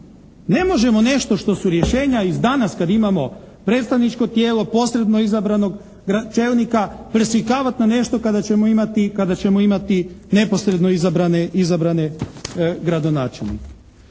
Ne možemo nešto što su rješenja i danas kad imamo predstavničko tijelo posredno izabranog čelnika preslikavati na nešto kada ćemo imati neposredno izabrane gradonačelnike.